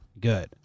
good